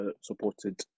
supported